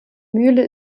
mühle